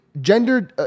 gender